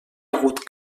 hagut